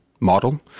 model